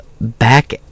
back